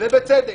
ובצדק.